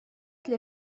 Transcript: для